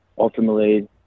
Ultimately